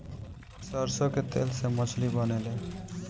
सरसों के तेल से मछली बनेले